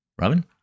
Robin